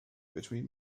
between